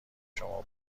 شما